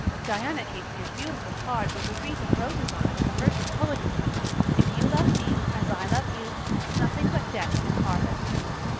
diana gave me a beautiful card with a wreath of roses on it and a verse of poetry if you love me as i love you nothing but death can part us two.